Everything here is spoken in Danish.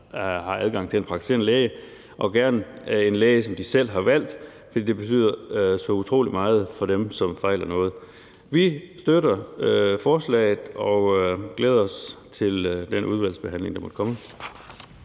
har adgang til en praktiserende læge og gerne en læge, som de selv har valgt, for det betyder så utrolig meget for dem, der fejler noget. Vi støtter forslaget og glæder os til den udvalgsbehandling, der måtte komme.